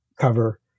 cover